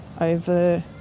over